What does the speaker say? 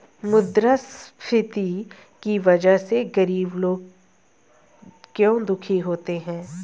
मुद्रास्फीति की वजह से गरीब लोग क्यों दुखी होते हैं?